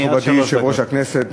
מכובדי יושב-ראש הכנסת,